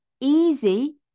easy